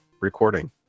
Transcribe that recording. recording